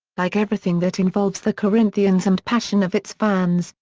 like everything that involves the corinthians and passion of its fans,